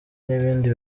n’ibindi